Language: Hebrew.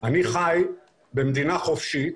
אני חי במדינה חופשית.